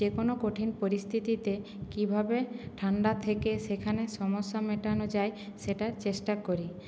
যে কোনো কঠিন পরিস্থিতিতে কীভাবে ঠান্ডা থেকে সেখানে সমস্যা মেটানো যায় সেটার চেষ্টা করি